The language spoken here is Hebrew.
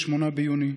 ב-8 ביוני,